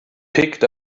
picked